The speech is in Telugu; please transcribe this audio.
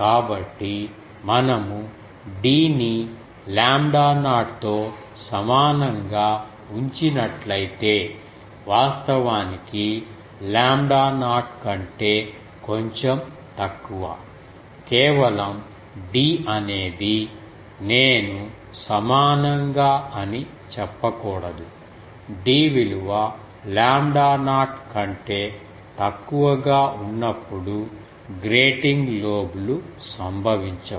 కాబట్టి మనము d ని లాంబ్డా నాట్ తో సమానంగా ఉంచినట్లయితే వాస్తవానికి లాంబ్డా నాట్ కంటే కొంచెం తక్కువ కేవలం d అనేది నేను సమానంగా అని చెప్పకూడదు d విలువ లాంబ్డా నాట్ కంటే తక్కువ గా ఉన్నప్పుడు గ్రేటింగ్ లోబ్ లు సంభవించవు